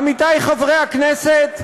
עמיתי חברי הכנסת,